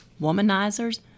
womanizers